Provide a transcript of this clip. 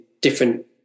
different